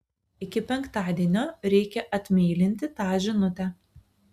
iki penktadienio reikia atmeilinti tą žinutę